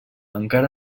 encara